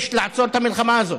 יש לעצור את המלחמה הזאת.